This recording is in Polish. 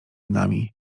nami